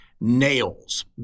Nails